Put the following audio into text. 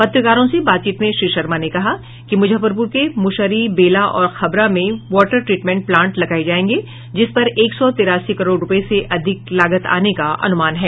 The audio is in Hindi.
पत्रकारों से बातचीत में श्री शर्मा ने कहा कि मुजफ्फरपुर के मुशहरी बेला और खबरा में वाटर ट्रीटमेंट प्लांट लगाये जायेंगे जिसपर एक सौ तिरासी करोड़ रूपये से अधिक लागत आने का अनुमान है